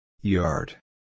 Yard